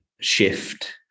shift